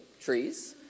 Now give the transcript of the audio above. trees